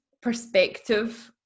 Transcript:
perspective